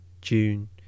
June